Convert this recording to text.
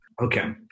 Okay